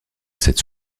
cette